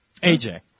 AJ